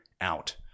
out